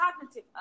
cognitive